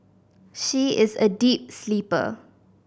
she is a deep sleeper